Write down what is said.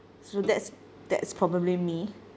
so that's that's probably me